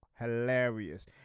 hilarious